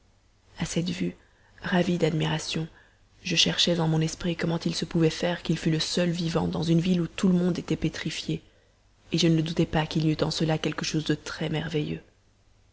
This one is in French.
à cette vue ravie d'admiration je cherchais en mon esprit comment il se pouvait faire qu'il fût le seul vivant dans une ville où tout le monde était pétrifié et je ne doutais pas qu'il n'y eût en cela quelque chose de